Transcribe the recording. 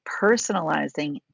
personalizing